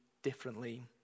differently